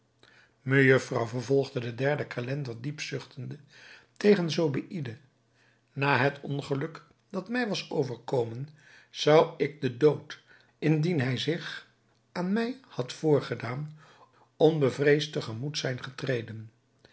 mejufvrouw vervolgde de derde calender diep zuchtende tegen zobeïde na het ongeluk dat mij was overkomen zou ik den dood indien hij zich aan mij had voorgedaan onbevreesd te gemoet zijn getreden